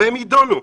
שגם יידונו,